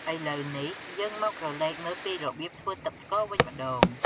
ឥឡូវនេះ យើងមកក្រឡេកមើលពីរបៀបធ្វើទឹកស្ករវិញម្ដង។